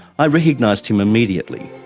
i recognised him immediately.